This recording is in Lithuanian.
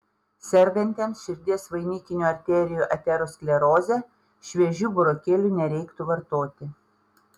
sergantiems širdies vainikinių arterijų ateroskleroze šviežių burokėlių nereiktų vartoti